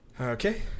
Okay